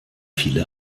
viele